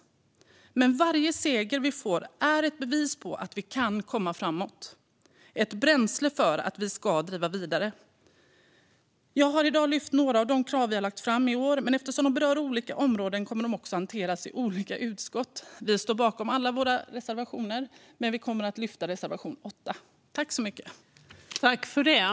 Men varje seger vi får är ett bevis på att vi kan komma framåt, ett bränsle för att vi ska driva vidare. Jag har i dag lyft fram några av de krav vi har lagt fram i år, men eftersom de berör olika områden kommer de också att hanteras i olika utskott. Vi står bakom alla våra reservationer, men jag yrkar bifall endast till reservation 8.